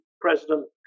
President